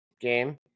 game